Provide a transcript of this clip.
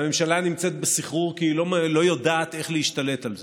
והממשלה נמצאת בסחרור כי היא לא יודעת איך להשתלט על זה,